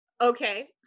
okay